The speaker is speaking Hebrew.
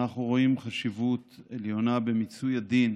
אנחנו רואים חשיבות עליונה במיצוי הדיון